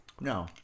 No